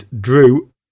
Drew